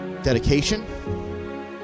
Dedication